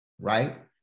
right